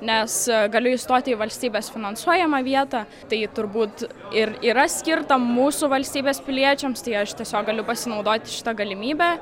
nes galiu įstoti į valstybės finansuojamą vietą tai turbūt ir yra skirta mūsų valstybės piliečiams tai aš tiesiog galiu pasinaudoti šita galimybe